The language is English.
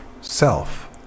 self